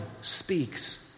speaks